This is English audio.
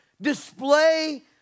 display